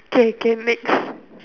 okay okay next